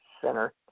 center